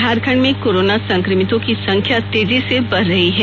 झारखंड में कोरोना संक्रमितों की संख्या तेजी से बढ़ रही है